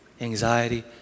anxiety